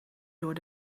door